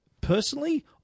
Personally